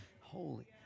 Holy